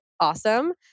awesome